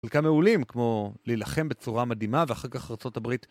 חלקם מעולים כמו להילחם בצורה מדהימה ואחר כך ארה״ב